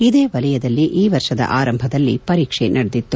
ಇದೇ ವಲಯದಲ್ಲಿ ಈ ವರ್ಷದ ಆರಂಭದಲ್ಲಿ ಪರೀಕ್ಷೆ ನಡೆದಿತ್ತು